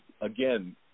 again